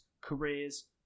careers